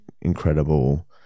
incredible